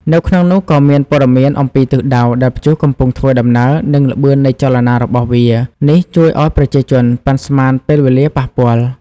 នៅក្នុងនោះក៏មានព័ត៌មានអំពីទិសដៅដែលព្យុះកំពុងធ្វើដំណើរ និងល្បឿននៃចលនារបស់វា នេះជួយឱ្យប្រជាជនប៉ាន់ស្មានពេលវេលាប៉ះពាល់។